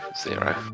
Zero